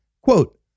Quote